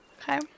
Okay